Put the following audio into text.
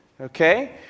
Okay